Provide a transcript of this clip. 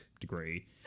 degree